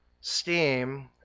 steam